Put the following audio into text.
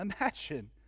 Imagine